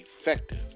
effective